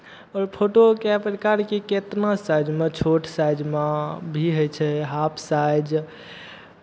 आओर फोटो कए प्रकारके कितना साइजमे छोट साइजमे भी होइ छै हाफ साइज